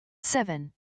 seven